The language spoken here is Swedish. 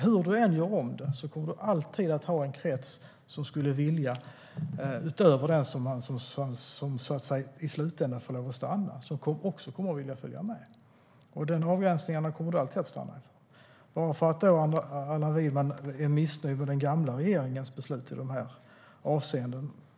Hur du än gör om ett system kommer du alltid att ha en krets som skulle vilja följa med, utöver dem som i slutänden får lov att stanna. De avgränsningarna kommer du alltid att stå inför. Allan Widman är missnöjd med den gamla regeringens beslut i de här avseendena.